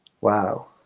Wow